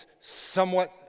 somewhat